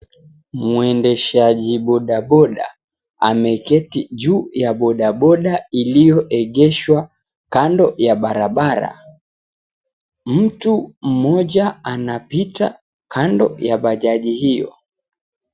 Mwendeshaji bodaboda, ameketi juu ya bodaboda iliyoegeshwa kando ya barabara. Mtu mmoja anapita kando ya bajaji hiyo.